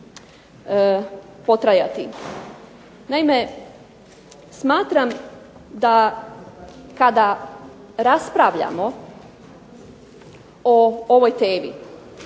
potrajati. Naime, smatram da kada raspravljamo o ovoj temi,